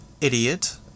Idiot